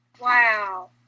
wow